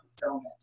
fulfillment